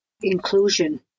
inclusion